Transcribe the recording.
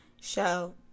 show